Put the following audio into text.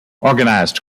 organized